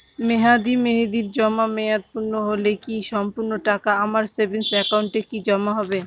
মেয়াদী মেহেদির জমা মেয়াদ পূর্ণ হলে কি সম্পূর্ণ টাকা আমার সেভিংস একাউন্টে কি জমা হবে?